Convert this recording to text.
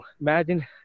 imagine